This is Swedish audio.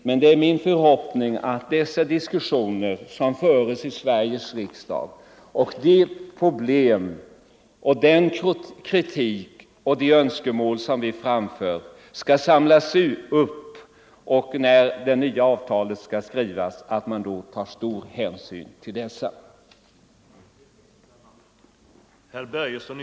Men det är min förhoppning att Onsdagen den de diskussioner som förts i Sveriges riksdag samt de problem, den kritik 20 november 1974 och de önskemål som vi framför skall samlas upp och att man — när det nya avtalet skall skrivas — tar stor hänsyn därtill. Rundradiooch andra massmedie I detta anförande instämde herrar Börjesson i Falköping, Persson i = frågor Heden och Gernandt .